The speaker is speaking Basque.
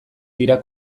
dira